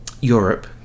Europe